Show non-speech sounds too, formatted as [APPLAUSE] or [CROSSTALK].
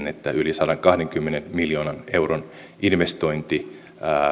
[UNINTELLIGIBLE] että yli sadankahdenkymmenen miljoonan euron investointi